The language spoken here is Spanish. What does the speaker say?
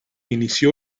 inició